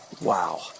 wow